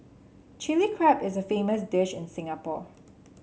Chilli Crab is a famous dish in Singapore